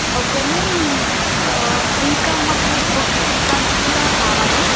okay ma'am ఇంకా మాకు books ఇలాంటివి కూడా కావాలి